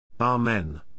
Amen